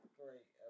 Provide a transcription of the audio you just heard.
great